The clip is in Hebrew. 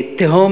קארין.